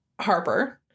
Harper